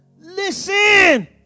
Listen